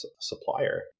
supplier